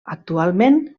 actualment